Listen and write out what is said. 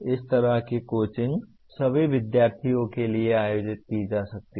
इस तरह की कोचिंग सभी विद्यार्थियों के लिए आयोजित की जा सकती है